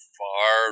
far